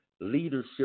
leadership